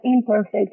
imperfect